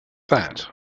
that